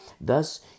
thus